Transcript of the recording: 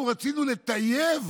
אנחנו רצינו לטייב